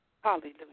Hallelujah